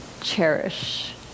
Cherish